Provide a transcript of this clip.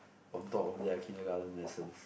on top of their kindergarten lessons